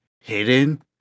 hidden